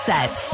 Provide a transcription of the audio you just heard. Set